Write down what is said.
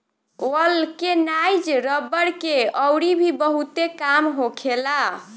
vulcanise रबड़ के अउरी भी बहुते काम होखेला